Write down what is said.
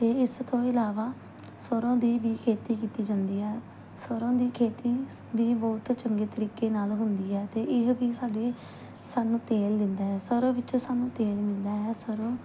ਅਤੇ ਇਸ ਤੋਂ ਇਲਾਵਾ ਸਰ੍ਹੋਂ ਦੀ ਵੀ ਖੇਤੀ ਕੀਤੀ ਜਾਂਦੀ ਹੈ ਸਰ੍ਹੋਂ ਦੀ ਖੇਤੀ ਵੀ ਬਹੁਤ ਚੰਗੇ ਤਰੀਕੇ ਨਾਲ ਹੁੰਦੀ ਹੈ ਅਤੇ ਇਹ ਵੀ ਸਾਡੇ ਸਾਨੂੰ ਤੇਲ ਦਿੰਦਾ ਹੈ ਸਰ੍ਹੋਂ ਵਿੱਚੋਂ ਸਾਨੂੰ ਤੇਲ ਮਿਲਦਾ ਹੈ ਸਰ੍ਹੋਂ